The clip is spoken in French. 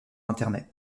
internet